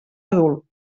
adult